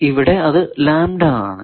ഇവിടെ അത് ലാംഡ ആണ്